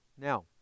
Now